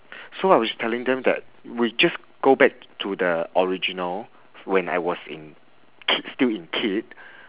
so I was telling them that we just go back to the original when I was in kid still in kid